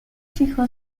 fijó